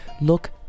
Look